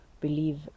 believe